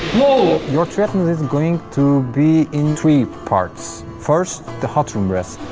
oh! your treatment is going to be in three parts, first, the hot room rest.